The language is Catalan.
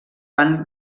van